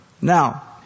Now